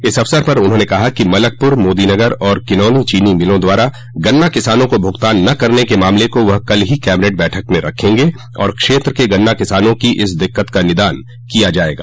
इस अवसर पर उन्होंने कहा कि मलकपुर मोदीनगर और किनौनी चीनी मिलों द्वारा गन्ना किसानों को भुगतान न करने के मामले को वह कल ही कैबिनेट बैठक में रखेंगे और क्षेत्र के गन्ना किसानों की इस दिक्कत का निदान किया जोयगा